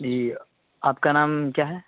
جی آپ کا نام کیا ہے